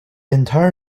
entire